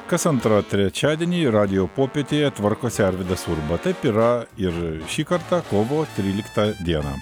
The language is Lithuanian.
kas antrą trečiadienį radijo popietėje tvarkosi arvydas urba taip yra ir šį kartą kovo tryliktą dieną